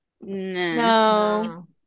no